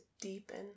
deepen